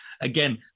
again